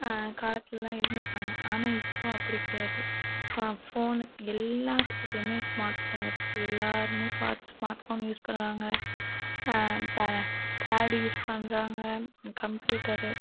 காலத்திலலான் இருந்துயிருக்காங்க ஆனால் இப்போ அப்படி கிடையாது ஃபோனு எல்லத்துக்கிட்டையுமே ஸ்மார்ட் ஃபோன் இருக்கு எல்லாருமே ஸ்மார்ட் ஃபோன் யூஸ் பண்ணுறாங்க பே பேடு யூஸ் பண்ணுறாங்க கம்ப்யூட்டரு